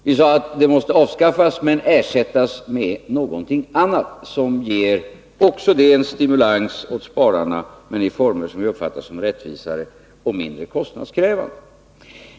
Vi sade att det måste avskaffas, men ersättas med någonting som också det ger en stimulans åt sparandet, dock i former som vi uppfattar som rättvisare och mindre kostnadskrävande.